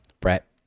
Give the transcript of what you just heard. brett